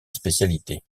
spécialité